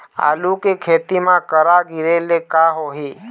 आलू के खेती म करा गिरेले का होही?